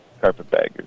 Carpetbaggers